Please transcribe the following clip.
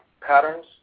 patterns